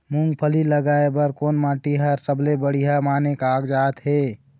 मूंगफली लगाय बर कोन माटी हर सबले बढ़िया माने कागजात हे?